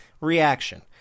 reaction